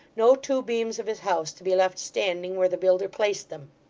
no two beams of his house to be left standing where the builder placed them!